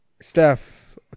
Steph